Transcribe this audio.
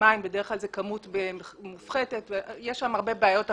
במים זה בדרך כלל כמות מופחתת ויש שם הרבה בעיות אחרות,